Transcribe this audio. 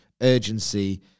urgency